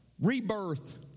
rebirth